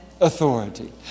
authority